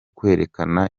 kwerekana